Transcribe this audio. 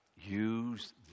use